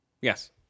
Yes